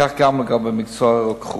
כך גם במקצוע הרוקחות.